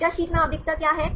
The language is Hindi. बीटा शीट में आवधिकता क्या है